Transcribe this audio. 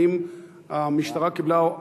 האם המשטרה קיבלה,